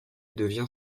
devient